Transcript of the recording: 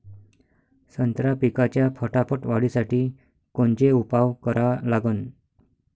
संत्रा पिकाच्या फटाफट वाढीसाठी कोनचे उपाव करा लागन?